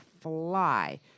fly